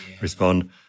respond